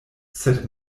sed